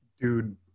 Dude